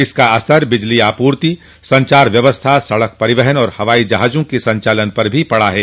इसका असर बिजली आपूर्ति संचार व्यवस्था सड़क परिवहन और हवाई जहाजों के संचालन पर भी पड़ा है